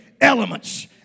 elements